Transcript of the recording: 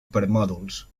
permòdols